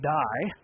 die